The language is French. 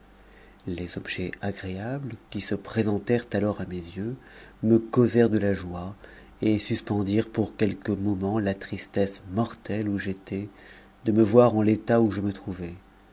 les objets agréables qui se présentèrent alors à mes yeux me causèrent de la joie et suspendirent pour quelques moments la tristesse mortelle où j'étais de me voir en l'état où je me trouvais